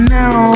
now